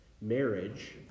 Marriage